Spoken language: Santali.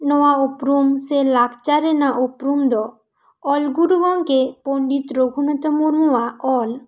ᱱᱚᱣᱟ ᱩᱯᱩᱨᱩᱢ ᱥᱮ ᱞᱟᱠᱪᱟᱨ ᱨᱮᱱᱟᱜ ᱩᱯᱩᱨᱩᱢ ᱫᱚ ᱚᱞ ᱜᱩᱨᱩ ᱜᱚᱢᱠᱮ ᱯᱚᱱᱰᱤᱛ ᱨᱟᱹᱜᱷᱩᱱᱟᱛᱷ ᱢᱩᱨᱢᱩᱣᱟᱜ ᱚᱞ